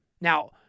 Now